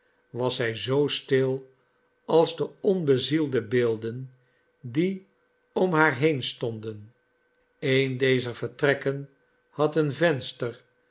was zij zoo stil als de onbezielde beelden die om haar heen stonden elen dezer vertrekken had een venster